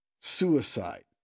Suicide